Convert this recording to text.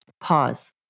pause